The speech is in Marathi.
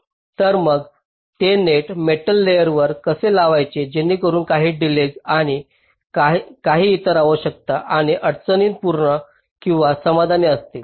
तर मग ते नेट मेटल लेयरवर कसे लावायचे जेणेकरून काही डिलेज आणि काही इतर आवश्यकता किंवा अडचणी पूर्ण किंवा समाधानी असतील